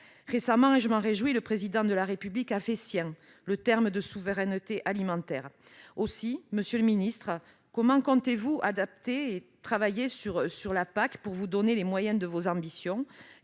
Récemment, et je m'en réjouis, le Président de la République a fait sien le terme de souveraineté alimentaire. Aussi, monsieur le ministre, comment comptez-vous adapter la PAC pour vous donner les moyens de vos ambitions ?